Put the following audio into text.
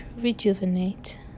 rejuvenate